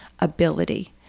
ability